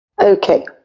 Okay